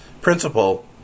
principle